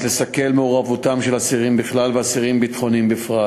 כדי לסכל מעורבותם של אסירים בכלל ואסירים ביטחוניים בפרט